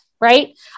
Right